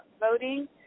voting